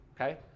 Okay